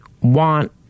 want